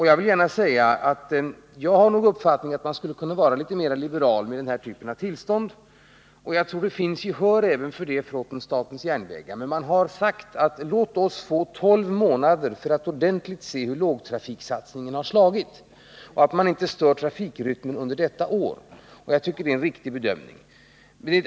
Jag vill gärna säga att jag har uppfattningen att man skulle kunna vara litet mera liberal med den här typen av tillstånd, och jag tror att det finns gehör för det även hos statens järnvägar. Men man har sagt: Låt oss få 12 månader för att ordentligt se hur lågtrafiksatsningen har slagit, så att vi inte stör trafikrytmen under detta år! Jag tycker att det är en riktig bedömning.